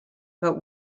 but